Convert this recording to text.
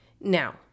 Now